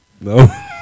no